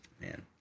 man